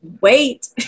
Wait